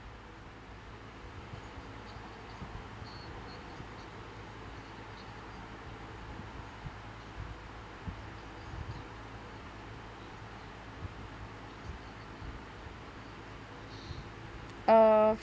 uh